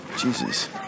Jesus